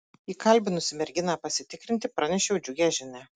įkalbinusi merginą pasitikrinti pranešiau džiugią žinią